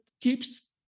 keeps